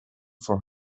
for